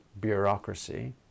bureaucracy